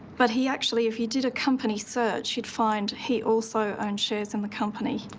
but he actually, if you did a company search, you'd find he also owned shares in the company.